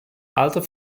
alter